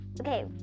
Okay